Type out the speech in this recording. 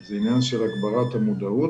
זה עניין של הגברת המודעות.